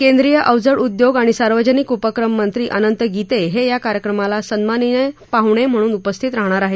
केंद्रीय अवजड उद्योग आणि सार्वजनिक उपक्रम मंत्री अनंत गीते हे या कार्यक्रमाला सन्माननीय पाहुणे म्हणून उपस्थित राहणार आहेत